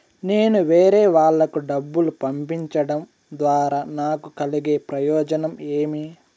నేను వేరేవాళ్లకు డబ్బులు పంపించడం ద్వారా నాకు కలిగే ప్రయోజనం ఏమి?